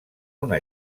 una